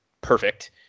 perfect